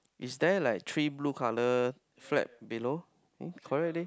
is there like three blue colour flat below eh correct leh